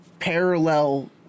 parallel